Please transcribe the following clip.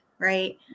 right